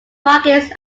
markets